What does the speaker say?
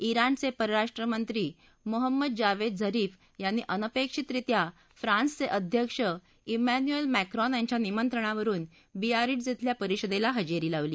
इराणचे परराष्ट्रमंत्री Mohammad Javad Zarif यांनी अनपेक्षितरित्या फ्रान्सचे अध्यक्ष इमॅन्युएल मॅक्रोन यांच्या निमंत्रणावरून बियारिट्झ इथल्या परिषदेला हजेरी लावली